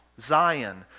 Zion